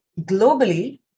globally